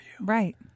Right